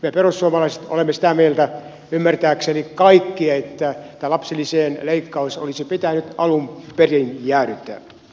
me perussuomalaiset olemme sitä mieltä ymmärtääkseni kaikki että tämä lapsilisien leikkaus olisi pitänyt alun perin ja